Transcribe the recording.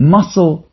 Muscle